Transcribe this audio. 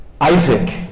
Isaac